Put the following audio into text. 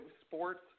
sports